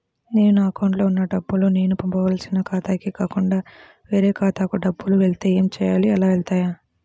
నేను నా అకౌంట్లో వున్న డబ్బులు నేను పంపవలసిన ఖాతాకి కాకుండా వేరే ఖాతాకు డబ్బులు వెళ్తే ఏంచేయాలి? అలా వెళ్తాయా?